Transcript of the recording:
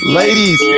ladies